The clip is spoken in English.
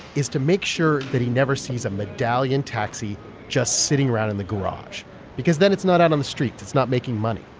is to make sure that he never sees a medallion taxi just sitting around in the garage because then it's not out on the street. it's not making money.